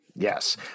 Yes